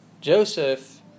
Joseph